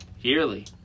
yearly